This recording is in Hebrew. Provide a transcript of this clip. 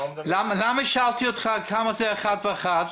למה שאלתי אותך כמה זה אחד ועוד אחד?